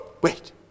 Wait